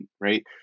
Right